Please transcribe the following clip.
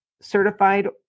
certified